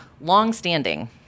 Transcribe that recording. longstanding